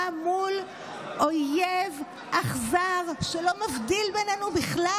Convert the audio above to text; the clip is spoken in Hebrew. מול אויב אכזר שלא מבדיל בינינו בכלל.